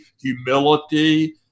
humility